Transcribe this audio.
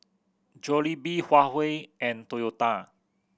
Jollibee Huawei and Toyota